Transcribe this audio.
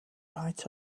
right